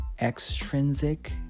extrinsic